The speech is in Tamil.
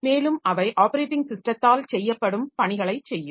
மேலும் அவை ஆப்பரேட்டிங் ஸிஸ்டத்தால் செய்யப்படும் பணிகளைச் செய்யும்